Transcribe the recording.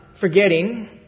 forgetting